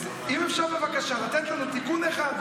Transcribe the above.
אז אם אפשר בבקשה לתת לנו תיקון אחד,